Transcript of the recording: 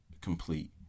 complete